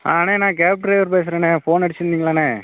ஆ அண்ணே நான் cab driver பேசுகிறேண்ணே ஃபோன் அடிச்சுருந்திங்களாண்ணே